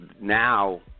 now